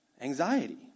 anxiety